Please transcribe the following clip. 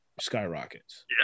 Skyrockets